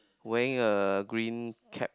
wearing a green cap